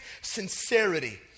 sincerity